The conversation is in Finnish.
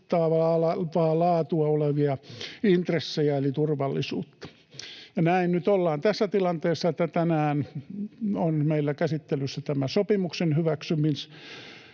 laatua olevia intressejä eli turvallisuutta. Ja näin nyt ollaan tässä tilanteessa, että tänään on meillä käsittelyssä tämä sopimuksen hyväksymisen